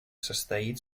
состоит